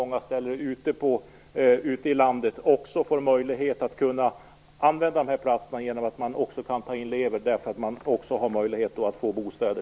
Nu får man också en möjlighet att använda dessa platser genom att man kan ta in elever och erbjuda dem bostäder.